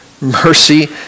mercy